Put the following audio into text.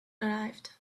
arrived